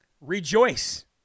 rejoice